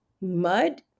mud